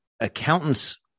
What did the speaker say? accountants